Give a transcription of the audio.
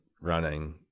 running